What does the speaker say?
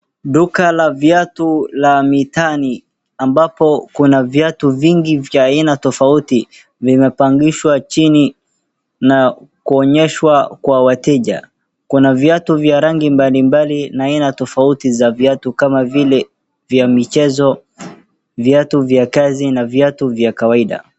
Duka la viatu la mitaani ambapo kuna viatu vingi vya aina tofauti vimepangishwa chini na kuonyeshwa kwa wateja. Kuna viatu vya rangi mbalimbali na aina tofauti za viatu kama vile vya michezo, viatu vya kazi na viatu vya kawaida.